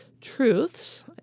truths